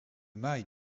mail